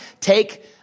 take